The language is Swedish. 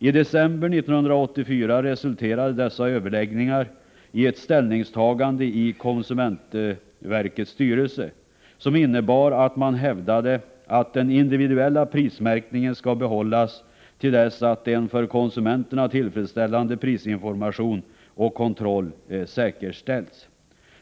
I december 1984 resulterade dessa överläggningar i ett ställningstagande i konsumentverkets styrelse som innebar att man hävdade att den individuella prismärkningen skall behållas tills en för konsumenterna tillfredsställande prisinformation och kontroll säkerställs.